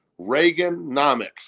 reaganomics